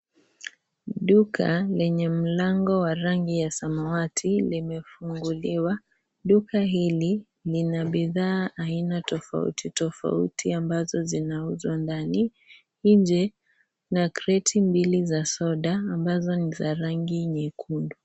Duka lenye mlango wa rangi ya samawati limefunguliwa, duka hili lina bidhaa aina tofauti tofauti ambazo zinauzwa ndani nje kuna kreti mbili za soda ambazo ni za rangi nyekundu.